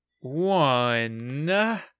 one